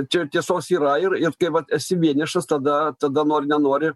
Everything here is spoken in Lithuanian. čia tiesos yra ir ir kai vat esi vienišas tada tada nori nenori